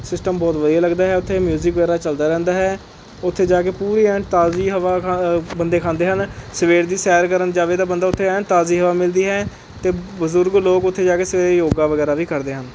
system ਬਹੁਤ ਵਧੀਆ ਲੱਗਦਾ ਹੈ ਉੱਥੇ ਮਿਊਜਿਕ ਵਗੈਰਾ ਚਲਦਾ ਰਹਿੰਦਾ ਹੈ ਉੱਥੇ ਜਾ ਕੇ ਪੂਰੀ ਐਨ ਤਾਜ਼ੀ ਹਵਾ ਖਾ ਬੰਦੇ ਖਾਂਦੇ ਹਨ ਸਵੇਰ ਦੀ ਸੈਰ ਕਰਨ ਜਾਵੇ ਤਾਂ ਬੰਦਾ ਉੱਥੇ ਐਨ ਤਾਜ਼ੀ ਹਵਾ ਮਿਲਦੀ ਹੈ ਅਤੇ ਬਜ਼ੁਰਗ ਲੋਕ ਉੱਥੇ ਜਾ ਕੇ ਸਵੇਰੇ ਯੋਗਾ ਵਗੈਰਾ ਵੀ ਕਰਦੇ ਹਨ